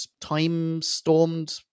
time-stormed